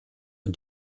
und